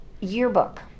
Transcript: yearbook